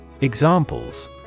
Examples